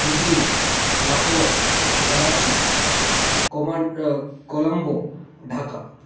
Beijing Lahore Karachi Colombo Dhaka